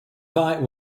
fight